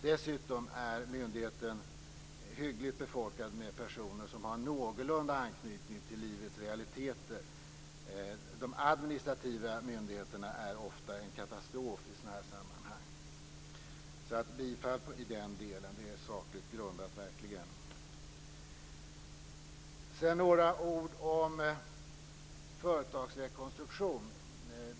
Dessutom är myndigheten hyggligt befolkad med personer som har någorlunda anknytning till livets realiteter. De administrativa myndigheterna är ofta en katastrof i sådana här sammanhang. Jag yrkar alltså bifall i den delen. Det är verkligen sakligt grundat. Några ord om företagsrekonstruktion.